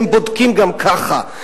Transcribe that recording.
הם בודקים גם ככה.